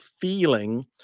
feeling